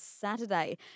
Saturday